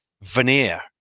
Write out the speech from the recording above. veneer